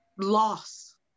loss